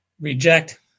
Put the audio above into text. Reject